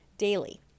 daily